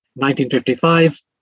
1955